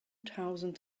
thousand